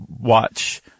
watch